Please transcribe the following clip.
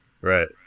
right